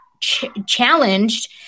challenged